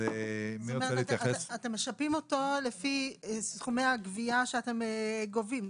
אתם משפים אותו לפי סכומי הגבייה שאתם גובים,